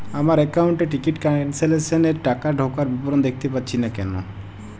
আমার একাউন্ট এ ticket cancellation এর টাকা ঢোকার বিবরণ দেখতে পাচ্ছি না কেন?